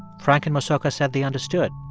frank and mosoka said they understood,